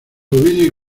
ovidio